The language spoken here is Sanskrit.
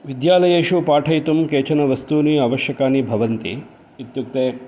विद्यालयेषु पाठयितुं केचन वस्तूनि आवश्यकानि भवन्ति इत्युक्ते